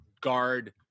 guard